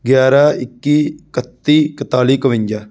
ਗਿਆਰਾਂ ਇੱਕੀ ਇਕੱਤੀ ਇਕਤਾਲੀ ਇਕਵੰਜਾ